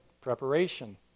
preparation